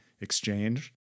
exchange